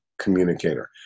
communicator